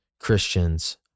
Christians